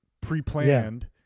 pre-planned